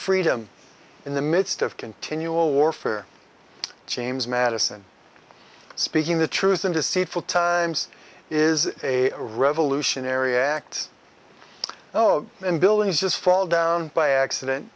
freedom in the midst of continual warfare james madison speaking the truth in deceitful times is a revolutionary act oh and buildings just fall down by accident